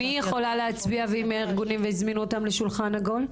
מי יכולה להצביע והיא מהארגונים והזמינו אותן לשולחן עגול?